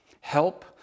help